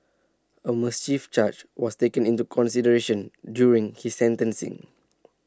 A mischief charge was taken into consideration during his sentencing